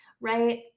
right